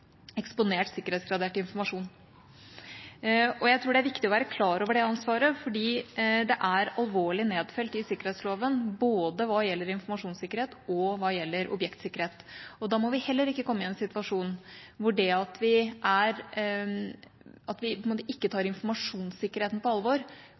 eksponert sikkerhetsgradert informasjon. Jeg tror det er viktig å være klar over det ansvaret, for det er alvorlig, og nedfelt i sikkerhetsloven, både hva gjelder informasjonssikkerhet, og hva gjelder objektsikkerhet. Da må vi heller ikke komme i en situasjon hvor det at vi ikke tar informasjonssikkerheten på alvor, gjør at vi